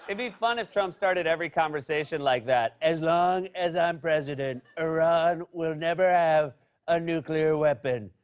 and be fun if trump started every conversation like that. as long as i'm president, iran will never have a nuclear weapon.